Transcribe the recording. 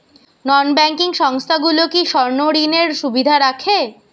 নন banking সংস্থাগুলো কি স্বর্ণঋণের সুবিধা রাখে?